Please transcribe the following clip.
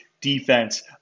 defense